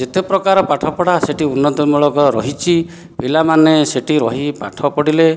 ଯେତେ ପ୍ରକାର ପାଠପଢ଼ା ସେହିଠି ଉନ୍ନତି ମୂଳକ ରହିଛି ପିଲାମାନେ ସେହିଠି ରହି ପାଠ ପଢ଼ିଲେ